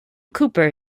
cooper